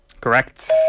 Correct